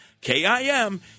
K-I-M